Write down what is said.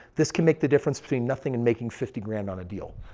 this can make the difference between nothing and making fifty grand on a deal.